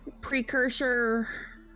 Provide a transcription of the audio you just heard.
precursor